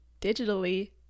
digitally